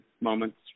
moments